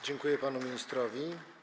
Dziękuję panu ministrowi.